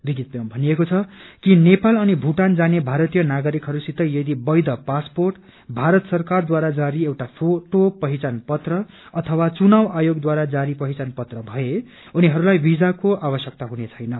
विज्ञप्तीमा भनिएको छ कि नेपाल अनि भूटान जाने भारतीय नागरिकहरूसित यदि वैध पासपोर्ट भारत सरकारद्वारा जारी एउटा फोटा पहिचान पत्र अथवा चुनाव आयोगद्वारा जारी पहिचान पत्र भए उनीहरूलाई विजाको आवश्यकता हुने छैन